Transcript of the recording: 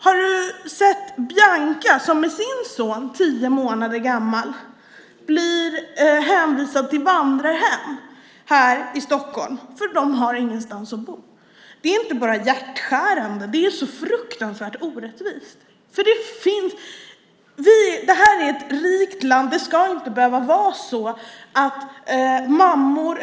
Har statsrådet sett Bianca som med sin son, tio månader gammal, blir hänvisad till vandrarhem här i Stockholm? De har ingenstans att bo. Det är inte bara hjärtskärande. Det är så fruktansvärt orättvist. Det här är ett rikt land.